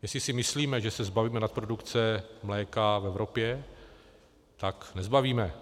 Jestli si myslíme, že se zbavíme nadprodukce mléka v Evropě, tak nezbavíme.